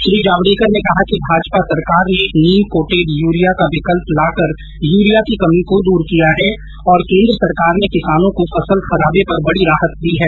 श्री जावडेकर ने कहा भाजपा सरकार ने नीम कोटेड यूरिया का विकल्प लाकर यूरिया की कमी को दूर किया है और केन्द्र सरकार ने किसानों को फसल खराबे पर बड़ी राहत दी है